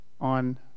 on